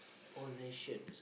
possession